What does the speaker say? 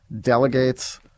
delegates